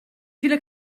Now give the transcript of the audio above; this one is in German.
viele